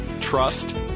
trust